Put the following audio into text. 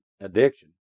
addiction